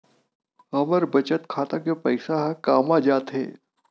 हमर बचत खाता के पईसा हे कामा जाथे?